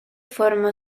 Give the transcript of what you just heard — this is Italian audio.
forma